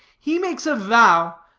he makes a vow,